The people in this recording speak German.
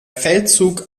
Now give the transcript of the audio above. feldzug